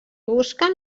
busquen